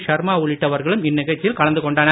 ஷர்மா உள்ளிட்டவர்களும் இந்நிகழ்ச்சியில் கலந்து கொண்டனர்